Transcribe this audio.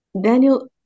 Daniel